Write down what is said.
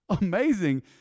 Amazing